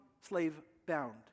slave-bound